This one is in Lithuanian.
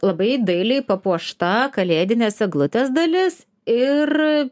labai dailiai papuošta kalėdinės eglutės dalis ir